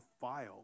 file